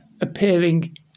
appearing